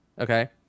okay